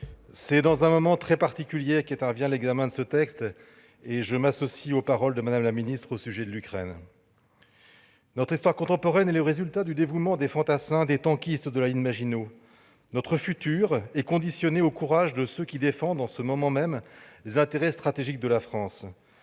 c'est dans un moment très particulier qu'intervient l'examen de ce texte, et je m'associe aux paroles de Mme la ministre sur l'Ukraine. Notre histoire contemporaine est le résultat du dévouement des fantassins, des tankistes de la ligne Maginot. Notre futur dépend du courage de ceux qui défendent, en ce moment même, les intérêts stratégiques de la France,